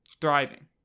thriving